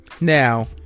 Now